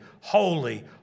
holy